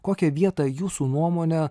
kokią vietą jūsų nuomone